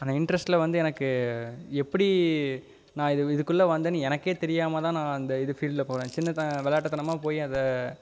அந்த இன்ட்ரஸ்ட்ல வந்து எனக்கு எப்படி நான் இதுக்குள்ளே வந்தோனு எனக்கே தெரியாமல் தான் நான் அந்த இது ஃபீல்ட்ல போனேன் சின்ன தான் விளாட்டுத்தனமா போய் அதை